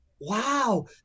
Wow